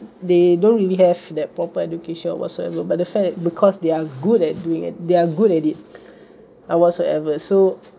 they don't really have that proper education whatsoever but the fact because they are good at doing it they are good at it (uh)whatsoever so